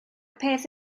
peth